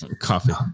Coffee